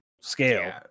scale